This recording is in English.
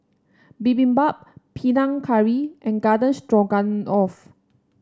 Bibimbap Panang Curry and Garden Stroganoff